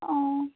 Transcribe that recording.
ও